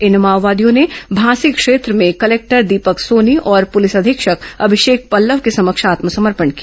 इस माओवादियों ने भांसी क्षेत्र में कलेक्टर दीपक सोनी और पुलिस अधीक्षक अभिषेक पल्लव के समक्ष आत्मसमर्पण किया